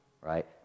right